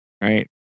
Right